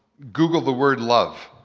google the word love,